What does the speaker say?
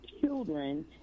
children